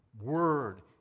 word